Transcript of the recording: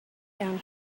down